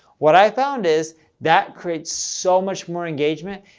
what i've found is that creates so much more engagement.